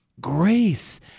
Grace